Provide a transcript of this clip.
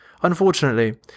Unfortunately